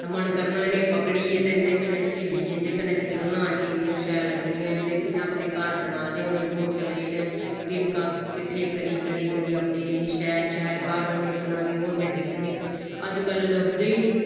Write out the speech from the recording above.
ते मन करना इ'नें पकड़ियै ते इं'दे कन्नै खेलिये इं'दे कन्नै खेलना असीं इन्नियां शैल लग्गनियां इं'दे इ'नें अपने घर बनाए दे होने घोंसले इ'नें तिनका किट्टे करी करी करी अपने इन्ने शैल शैल घर होने बनाए दे ओह् असें दिक्खने अज्ज कल लभदे गै निं